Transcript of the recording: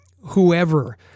whoever